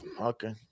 Okay